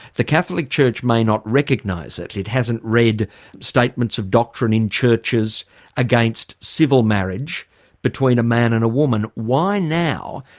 the catholic church may not recognise it, it hasn't read statements of doctrine in churches against civil marriage between a man and a woman. why now,